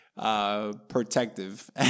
Protective